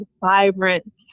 vibrant